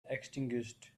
extinguished